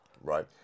right